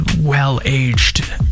well-aged